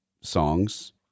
songs